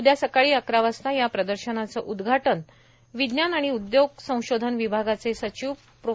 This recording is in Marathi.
उदया सकाळी अकरा वाजता या प्रदर्शनाचं उदघाटन विज्ञान आणि उदयोग संशोधन विभागाचे सचिव प्रो